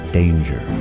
danger